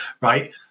right